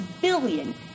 billion